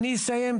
אני אסיים.